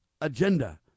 agenda